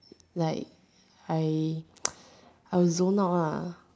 like I I zone out ah